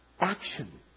action